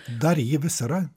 dar ji vis yra